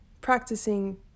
practicing